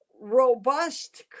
robust